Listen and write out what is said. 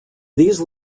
these